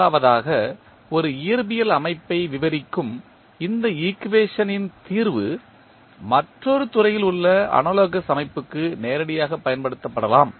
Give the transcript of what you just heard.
முதலாவதாக ஒரு இயற்பியல் அமைப்பை விவரிக்கும் இந்த ஈக்குவேஷனின் தீர்வு மற்றொரு துறையில் உள்ள அனாலோகஸ் அமைப்புக்கு நேரடியாகப் பயன்படுத்தப்படலாம்